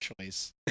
choice